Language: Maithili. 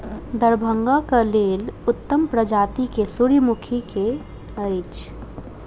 दरभंगा केँ लेल उत्तम प्रजाति केँ सूर्यमुखी केँ अछि?